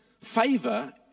favor